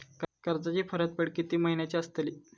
कर्जाची परतफेड कीती महिन्याची असतली?